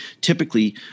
typically